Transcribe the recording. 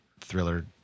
thriller